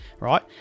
right